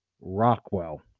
Rockwell